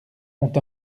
ont